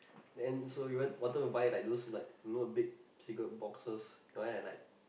then say we wanted we wanted to buy like one of those big cigarette boxes the one like